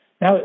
Now